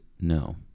no